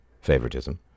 favoritism